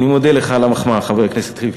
אני מודה לך על המחמאה, חבר הכנסת ריבלין.